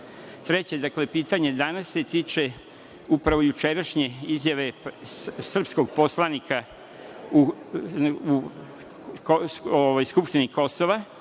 dakle, treće pitanje danas, tiče se upravo jučerašnje izjave srpskog poslanika u skupštini Kosova